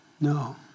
No